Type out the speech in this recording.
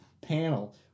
panel